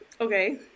Okay